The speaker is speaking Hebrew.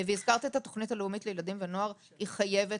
והזכרת את התוכנית הלאומית לילדים ונוער: היא חייבת,